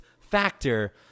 factor